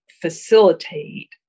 facilitate